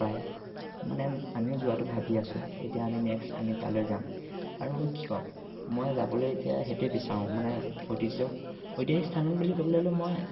প্ৰায় মানে আমিও যোৱাটো ভাবি আছোঁ এতিয়া আমি নেক্সট আমি তালৈ যাম আৰুনো কি ক'ম মই যাবলৈ এতিয়া সেইটোৱে বিচাৰোঁ মানে ঐতিহ্য ঐতিহাসিক স্থানত বুলি ক'বলৈ গ'লে মই